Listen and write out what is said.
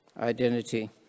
identity